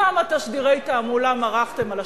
לכן אנחנו עוברים להצעה לסדר-היום המדברת על,